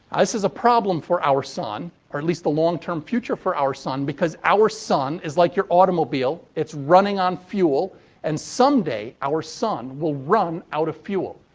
this is a problem for our sun. or, at least the long term future for our sun. because our sun is like your automobile. it's running on fuel and, someday, our sun will run out of fuel.